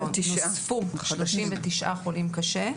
נוספו 39 חולים קשה.